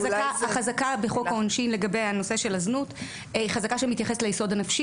החזקה בחוק העונשין לגבי הנושא של הזנות היא חזקה שמתייחסת ליסוד הנפשי